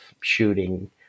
shooting